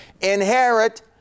Inherit